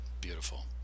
Beautiful